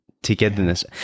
Togetherness